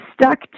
stuck